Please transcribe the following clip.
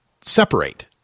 separate